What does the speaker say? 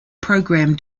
program